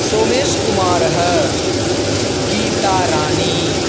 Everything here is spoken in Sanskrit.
सोमेश् कुमारः गीतारानी